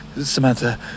Samantha